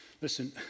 Listen